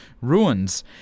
Ruins